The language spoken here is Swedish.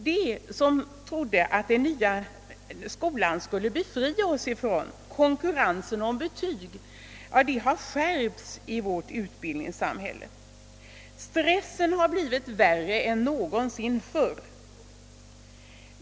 Det som vi trodde att den nya skolan skulle befria oss ifrån, nämligen konkurrensen om betyg, har i stället skärpts i vårt utbildningssamhälle. Stressen har blivit värre än någonsin förr.